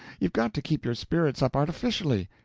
you've got to keep your spirits up artificially.